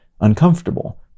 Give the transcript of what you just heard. uncomfortable